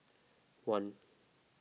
one